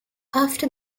after